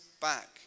back